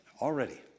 Already